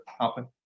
happen